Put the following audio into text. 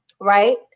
right